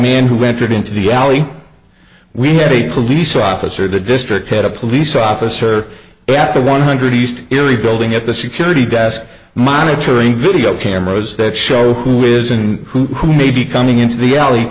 man who entered into the alley we had a police officer the district had a police officer after one hundred east erie building at the security desk monitoring video cameras that show who is and who may be coming into the alley